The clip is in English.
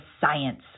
science